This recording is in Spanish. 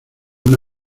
una